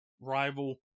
rival